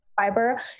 Fiber